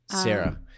Sarah